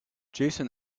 jason